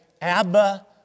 Abba